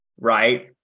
right